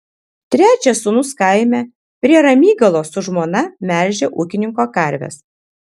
trečias sūnus kaime prie ramygalos su žmona melžia ūkininko karves